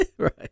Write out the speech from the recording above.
Right